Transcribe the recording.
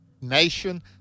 nation